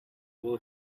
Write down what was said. will